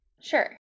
Sure